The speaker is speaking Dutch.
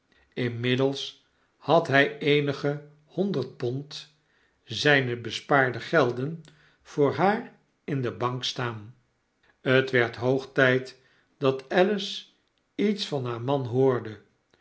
inmiddels had hg eenige honderd pond zgne bespaarde gelden voor haar in de bank staan het werd hoog tijd dat alice iets van haar man hoorde